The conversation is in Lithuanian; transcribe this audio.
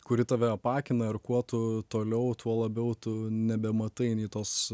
kuri tave apakina ir kuo tu toliau tuo labiau tu nebematai nei tos